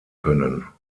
können